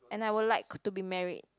and I would like to be married